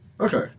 Okay